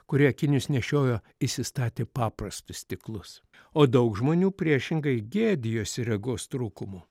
kurie akinius nešiojo įsistatė paprastus stiklus o daug žmonių priešingai gėdijosi regos trūkumu